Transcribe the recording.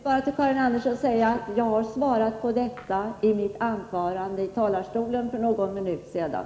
Fru talman! Jag vill bara säga till Karin Andersson att jag för några minuter sedan besvarat detta i talarstolen.